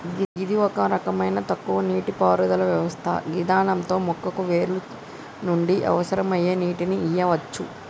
గిది ఒక రకమైన తక్కువ నీటిపారుదల వ్యవస్థ గిదాంతో మొక్కకు వేర్ల నుండి అవసరమయ్యే నీటిని ఇయ్యవచ్చు